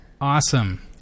Awesome